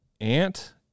ant